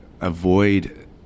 avoid